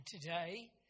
today